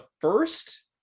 first